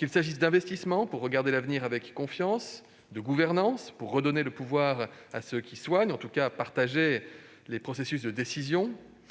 Nous n'avons éludé aucun sujet : investissements, pour regarder l'avenir avec confiance ; gouvernance, pour redonner le pouvoir à ceux qui soignent- en tout cas, partager les processus de décision